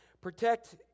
Protect